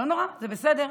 לא נורא, זה בסדר.